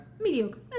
mediocre